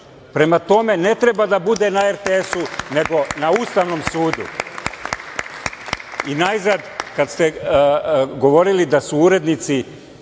Prema tome, ne treba da bude na RTS-u, nego na Ustavnom sudu. Najzad, kad ste govorili da su urednici